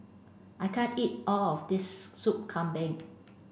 I can't eat all of this soup Kambing